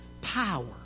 Power